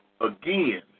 again